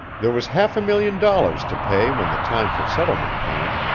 there was half a million dollars to pay when the time for settlement came.